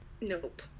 Nope